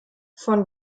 von